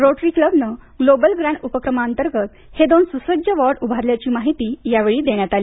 rotary क्लबने global grant उपक्रमाअंतर्गत हे दोन स्सज्ज वॉर्ड उभारल्याची माहिती यावेळी देण्यात आली